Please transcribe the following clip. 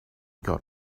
get